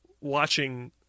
watching